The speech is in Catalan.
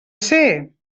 ser